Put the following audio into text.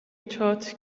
taught